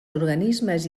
organismes